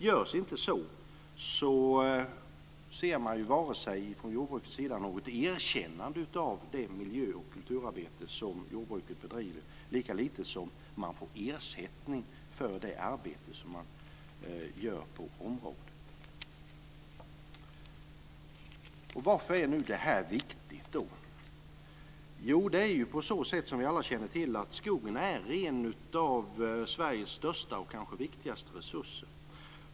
Om så inte görs ser man inte från jordbrukets sida något erkännande av det miljö och kulturarbete som jordbruket bedriver, like lite som man får ersättning för det arbete som görs på området. Varför är detta viktigt? Skogen är en av Sveriges största och kanske viktigaste resurser.